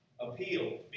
appeal